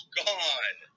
gone